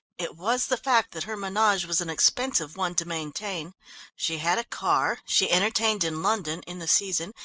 it was the fact that her menage was an expensive one to maintain she had a car, she entertained in london in the season,